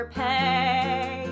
pay